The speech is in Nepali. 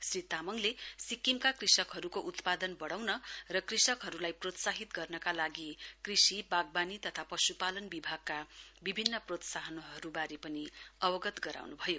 श्री तामाङले सिक्किमका कृषकहरूको उत्पादन बढाउन र कृषकहरूलाई प्रोत्साहित गर्नका लागि कृषि बागवानी तथा पश्पालन विभागका विभिन्न प्रोत्साहनहरूबारे पनि अवगत गराउन्भयो